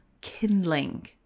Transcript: kindling